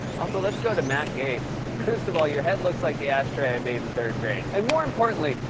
also, let's go to matt gaetz. first of all, your head looks like the ash tray i made in third grade. and more importantly,